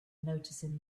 noticing